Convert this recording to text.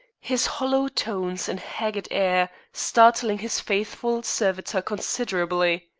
his hollow tones and haggard air startling his faithful servitor considerably.